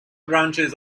branches